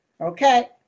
okay